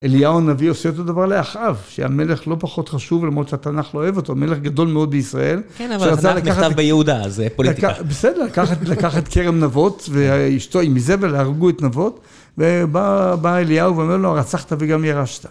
אליהו הנביא עושה את הדבר לאחאב, שהמלך לא פחות חשוב, למרות שהתנ״ך לא אוהב אותו, מלך גדול מאוד בישראל. כן, אבל התנ״ך נכתב ביהודה, אז זה פוליטיקה. בסדר, לקח את כרם נבות, ואשתו עם איזבל, הרגו את נבות, ובא אליהו ואומר לו, הרצחת וגם ירשת.